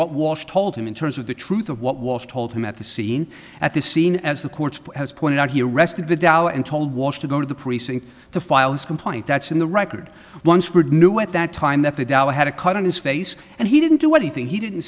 what walsh told him in terms of the truth of what walsh told him at the scene at the scene as the court has pointed out he arrested the dow and told walsh to go to the precinct to file his complaint that's in the record once word knew at that time that the dow had a cut on his face and he didn't do anything he didn't